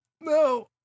No